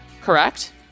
correct